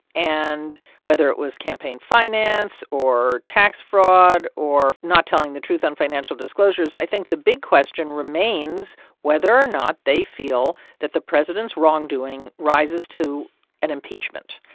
and whether it was campaign finance, or tax fraud or not telling the truth on financial disclosures, i think the big question remains whether or not they feel that the president's wrongdoing rises to an impeachment.